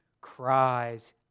cries